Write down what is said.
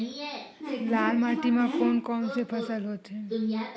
लाल माटी म कोन कौन से फसल होथे?